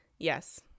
yes